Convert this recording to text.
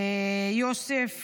יוסף